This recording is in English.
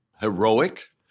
heroic